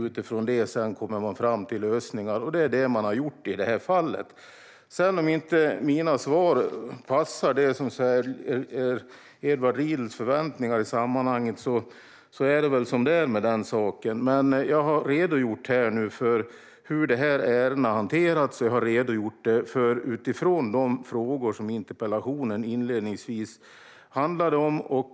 Utifrån detta kommer man fram till lösningar, vilket är vad man har gjort i detta fall. Om inte mina svar passar Edward Riedls förväntningar i sammanhanget är det väl som det är med den saken. Jag har dock redogjort för hur dessa ärenden har hanterats, och jag har gjort det utifrån de frågor som interpellationen inledningsvis handlade om.